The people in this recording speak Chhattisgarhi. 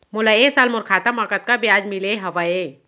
मोला ए साल मोर खाता म कतका ब्याज मिले हवये?